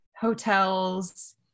Hotels